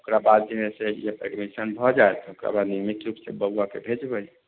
ओकरा बाद जे है से एडमीशन भए जायत ओकरा नियमित रूपसे बौआके भेजबै